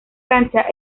cancha